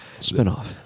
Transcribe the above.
Spinoff